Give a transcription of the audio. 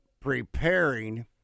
preparing